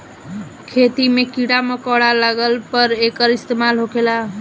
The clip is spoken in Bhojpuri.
खेती मे कीड़ा मकौड़ा लगला पर एकर इस्तेमाल होखेला